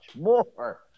more